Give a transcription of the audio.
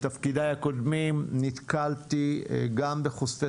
בתפקידיי הקודמים נתקלתי גם בחושפי